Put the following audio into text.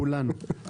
לכולנו.